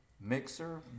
mixer